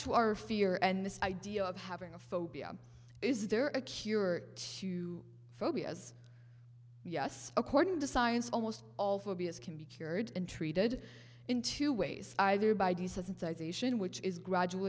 to our fear and this idea of having a phobia is there a cure to phobias yes according to science almost all phobia's can be cured and treated in two ways either by desensitization which is gradual